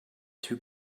two